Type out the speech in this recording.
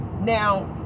Now